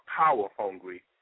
power-hungry